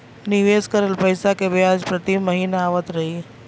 निवेश करल पैसा के ब्याज प्रति महीना आवत रही?